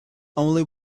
only